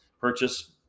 Purchase